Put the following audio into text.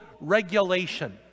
regulation